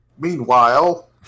Meanwhile